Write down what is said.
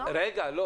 -- תוך